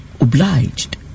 obliged